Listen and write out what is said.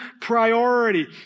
priority